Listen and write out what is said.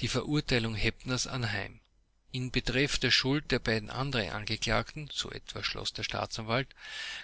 die verurteilung hepners anheim in betreff der schuld der beiden anderen angeklagten so etwa schloß der staatsanwalt